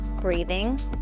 breathing